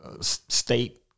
state